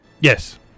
yes